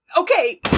Okay